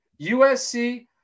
USC